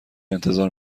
انتظار